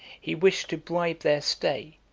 he wished to bribe their stay,